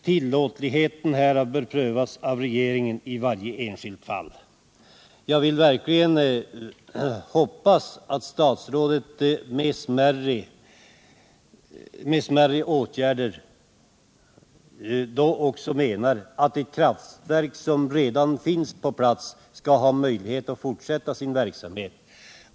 Tillåtligheten härav bör prövas av regeringen i varje enskilt fall.” Jag hoppas verkligen att statsrådet med ”smärre åtgärder” också avser att ett kraftverk som redan finns på plats skall ha möjlighet att fortsätta sin verksamhet.